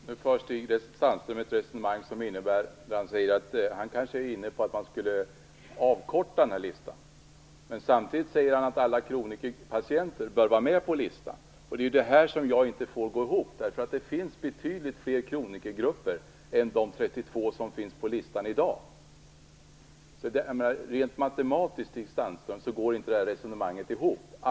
Fru talman! Stig Sandström förde ett resonemang som innebär att man kanske skulle avkorta listan. Men samtidigt sade han att alla kronikerpatienter skall vara med på listan. Det är detta som jag inte får att gå ihop, eftersom det finns betydligt fler kronikergrupper än de 32 som står på listan i dag. Rent matematiskt går inte resonemanget ihop, Stig Sandström!